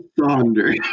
Thunder